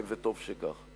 וטוב שכך.